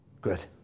Good